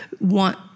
want